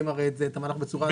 הרי את המהלך בצורה הדרגתית.